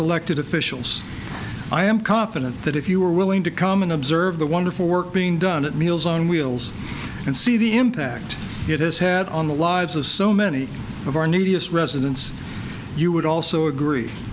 elected officials i am confident that if you were willing to come and observe the wonderful work being done at meals on wheels and see the impact it has had on the lives of so many of our neediest residents you would also agree